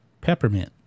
peppermint